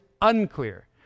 unclear